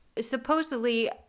supposedly